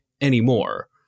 anymore